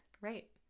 Right